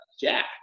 Jack